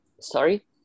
Sorry